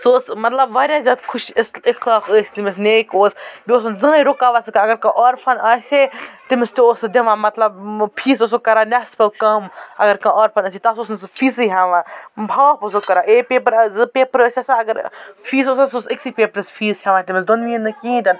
سُہ اوس مطلب واریاہ زیادٕ خو ش اِس اخلاق ٲسۍ تٔمِس نیک اوس بیٚیہِ اوس نہٕ زٔہٕنۍ رُکاوان سُہ کانٛہہ اگر کانٛہہ آرفَن آسہِ ہے تٔمِس تہِ اوس سُہ دِوان مطلب فیٖس اوسُکھ کران نٮ۪صفہٕ کَم اَگر کانٛہہ آرفَن آسہِ ہے تَس اوس نہٕ سُہ فیٖسٕے ہٮ۪وان ہاف اوسُکھ کران اے پٮ۪پرا زٕ پٮ۪پَر ٲسۍ آسان اگر فیٖس اوس آسان سُہ اوس أکۍسٕے پٮ۪پرَس فیٖس ہٮ۪وان تٔمِس دۄنؤنی یَن نہٕ کِہیٖنۍ تِنہٕ